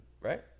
Right